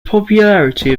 popularity